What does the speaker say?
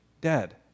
dead